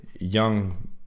young